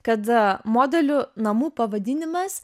kad modelių namų pavadinimas